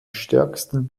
stärksten